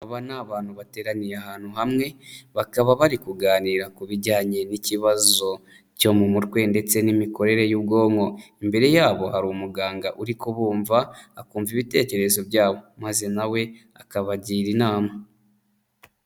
Aba ni abantu bateraniye ahantu hamwe. Bakaba bari kuganira ku bijyanye n'ikibazo cyo mu mutwe ndetse n'imikorere y'ubwonko. Imbere yabo hari umuganga uri kubumva, akumva ibitekerezo byabo, maze na we akabagira inama.